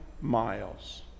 miles